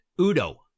Udo